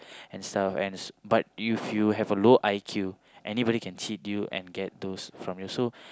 an stuff but if you have a low I_Q anyone can cheat you an get those from you